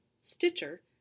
Stitcher